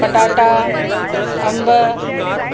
पटाटा अंब